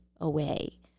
away